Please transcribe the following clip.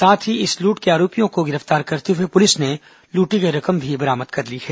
साथ ही इस लूट के आरोपियों को गिरफ्तार करते हुए पुलिस ने लूटी गई रकम भी बरामद कर ली है